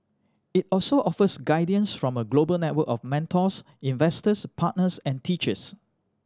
it also offers guidance from a global network of mentors investors partners and teachers